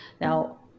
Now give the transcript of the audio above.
now